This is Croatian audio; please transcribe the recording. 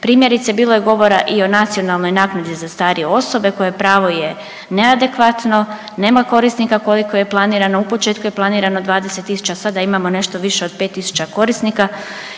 Primjerice bilo je govora i o nacionalnoj naknadi za starije osobe koje pravo je neadekvatno, nema korisnika koliko je planirano. U početku je planirano 20 tisuća, sada imamo nešto više od 5 tisuća korisnika